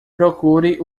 procure